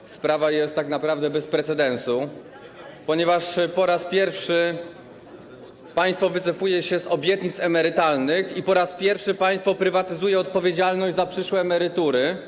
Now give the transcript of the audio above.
Ale sprawa jest tak naprawdę bez precedensu, ponieważ po raz pierwszy państwo wycofuje się z obietnic emerytalnych i po raz pierwszy państwo prywatyzuje odpowiedzialność za przyszłe emerytury.